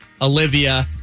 Olivia